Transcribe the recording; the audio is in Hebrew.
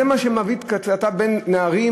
זה מה שמביאה קטטה בין נערים?